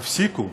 תפסיקו.